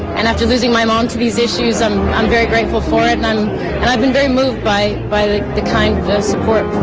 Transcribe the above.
and after losing my mom to these issues i'm i'm very grateful for it, and i've been very moved by by the the kind support from